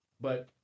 But-